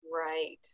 Right